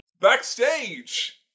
Backstage